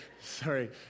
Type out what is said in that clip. sorry